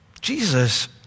Jesus